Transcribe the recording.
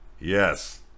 Yes